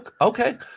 okay